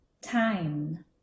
time